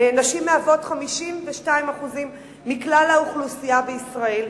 נשים מהוות 52% מכלל האוכלוסייה בישראל.